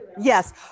yes